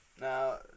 Now